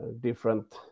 different